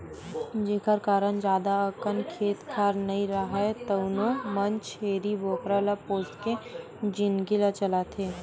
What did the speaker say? जेखर करन जादा अकन खेत खार नइ राहय तउनो मन छेरी बोकरा ल पोसके जिनगी ल चलाथे